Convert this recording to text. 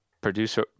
producer